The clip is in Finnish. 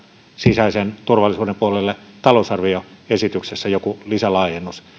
sisäisen turvallisuuden puolelle talousarvioesityksessä joku lisälaajennus